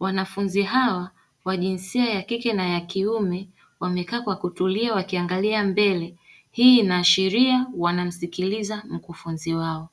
Wanafunzi hao wa jinsia ya kike na yakiume wamekaa kwa kutulia wakiangalia mbele. Hii inaashiria wanamsikiliza mkufunzi wao.